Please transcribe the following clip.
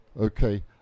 Okay